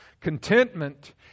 Contentment